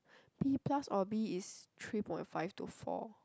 B plus or B is three point five to four